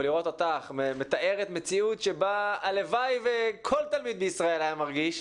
ולראות אותך מתארת מציאות שבה הלוואי וכל תלמיד בישראל היה מרגיש,